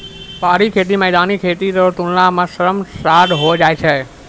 पहाड़ी खेती मैदानी खेती रो तुलना मे श्रम साध होय जाय छै